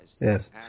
Yes